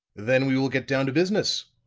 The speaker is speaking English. then we will get down to business.